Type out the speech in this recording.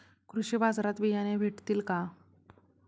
कृषी बाजारात बियाणे भेटतील का?